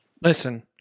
Listen